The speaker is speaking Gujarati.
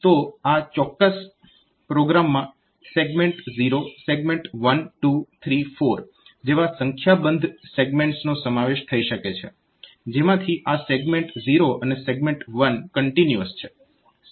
તો આ ચોક્કસ પ્રોગ્રામમાં સેગમેન્ટ 0 સેગમેન્ટ 1 2 3 4 જેવા સંખ્યાબંધ સેગમેન્ટ્સનો સમાવેશ થઈ શકે છે જેમાંથી આ સેગમેન્ટ 0 અને સેગમેન્ટ 1 કન્ટીન્યુઅસ છે